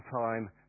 time